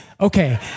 Okay